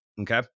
Okay